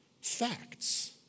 facts